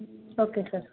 okay sir